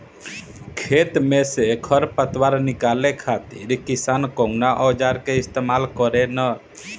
खेत में से खर पतवार निकाले खातिर किसान कउना औजार क इस्तेमाल करे न?